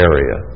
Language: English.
Area